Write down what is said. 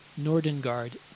Nordengard